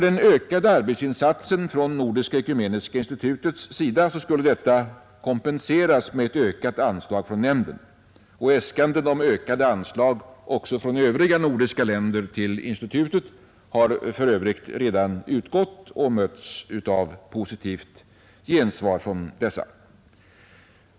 Den ökade arbetsinsatsen från Nordiska ekumeniska institutets sida skulle kompenseras med ett ökat anslag från nämnden, och äskanden om ökade anslag också från övriga nordiska länder till institutet har för övrigt redan utgått och mötts av positivt gensvar.